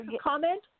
comment